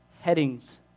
headings